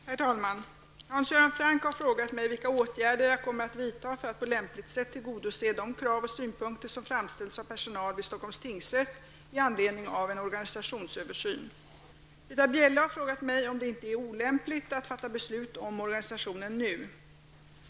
Herr talman! Hans Göran Franck har frågat mig vilka åtgärder jag kommer att vidta för att på lämpligt sätt tillgodose de krav och synpunkter som framställts av personal vid Stockholms tingsrätt i anledning av en organisationsöversyn. Britta Bjelle har frågat mig om det inte är olämpligt att fatta beslut om organisationen nu.